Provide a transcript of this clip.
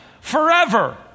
forever